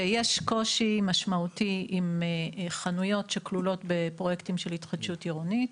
שיש קושי משמעותי עם חנויות שכלולות בפרויקטים של התחדשות עירונית.